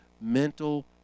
mental